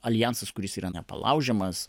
aljansas kuris yra nepalaužiamas